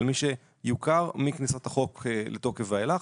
על מי שיוכר מכניסת החוק לתוקף ואילך.